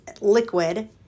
liquid